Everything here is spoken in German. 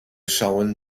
schauen